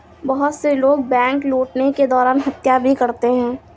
बहुत से लोग बैंक लूटने के दौरान हत्या भी करते हैं